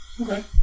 Okay